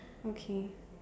okay